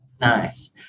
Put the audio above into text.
Nice